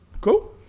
Cool